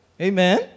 Amen